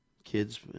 Kids